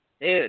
Dude